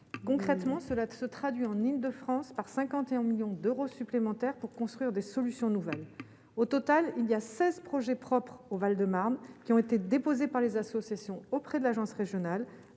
concrètement cela se traduit en Île-de-France par 51 millions d'euros supplémentaires pour construire des solutions nouvelles, au total, il y a 16 projets propres au Val de Marne qui ont été déposés par les associations auprès de l'Agence Régionale